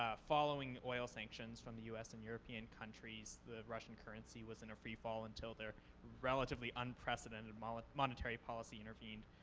ah following oil sanctions from the us and european countries, the russian currency was in a free fall until their relatively unprecedented monetary policy intervened.